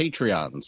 Patreons